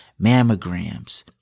mammograms